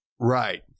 Right